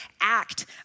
act